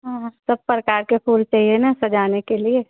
हाँ सब प्रकार के फूल चाहिए ना सजाने के लिए